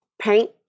paint